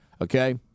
Okay